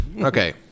okay